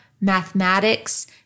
Mathematics